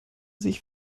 sich